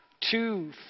Two